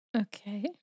Okay